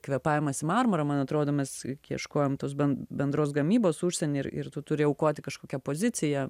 kvėpavimas į marmurą man atrodo mes ieškojom tos bendros gamybos užsieny ir ir tu turi aukoti kažkokią poziciją